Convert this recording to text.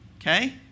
Okay